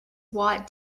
watt